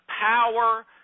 power